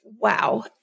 Wow